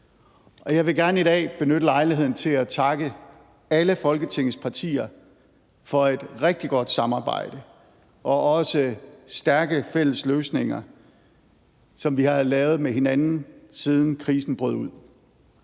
jeg vil gerne i dag benytte lejligheden til at takke alle Folketingets partier for et rigtig godt samarbejde og også for stærke fælles løsninger, som vi har lavet med hinanden, siden krisen brød ud.